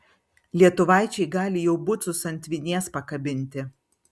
lietuvaičiai gali jau bucus ant vinies pakabinti